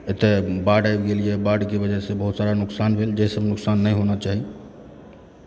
एतै बाढ़ आबि गेल यऽ बाढ़के वजहसँ बहुत सारा नुकसान भेल जे सब नुकसान नहि होना चाही